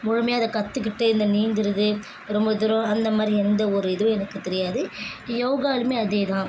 முழுமையாக அதை கற்றுக்கிட்டு இந்த நீந்துறது ரொம்ப தூரம் அந்த மாரி எந்த ஒரு இதுவும் எனக்கு தெரியாது யோகாலுமே அதே தான்